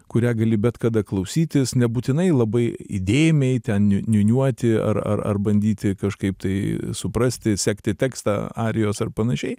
kurią gali bet kada klausytis nebūtinai labai įdėmiai ten niū niūniuoti ar ar ar bandyti kažkaip tai suprasti sekti tekstą arijos ar panašiai